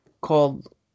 called